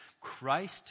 Christ